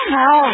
no